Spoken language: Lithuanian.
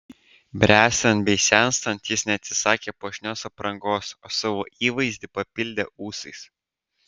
bręstant bei senstant jis neatsisakė puošnios aprangos o savo įvaizdį papildė ūsais